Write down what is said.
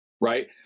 Right